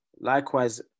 likewise